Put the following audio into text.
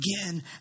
again